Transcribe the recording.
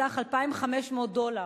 בסך 2,500 דולר,